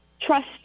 trust